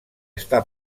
està